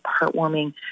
heartwarming